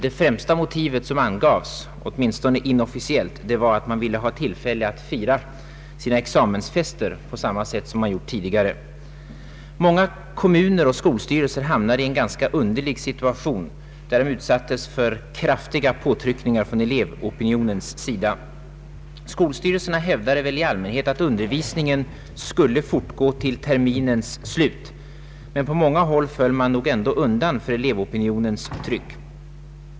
Det främsta motiv som angavs, åtminstone inofficiellt, var att man ville ha tillfälle att fira sina examensfester på samma sätt som tidigare. Många kommuner och skolstyrelser hamnade i en ganska underlig situation där man utsattes för kraftiga påtryckningar från elevopinionens sida. Skolstyrelserna hävdade väl i allmänhet att undervisningen skulle fortgå till terminens slut, men på många håll föll man ändå undan för elevopinionens tryck.